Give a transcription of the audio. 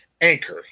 Anchor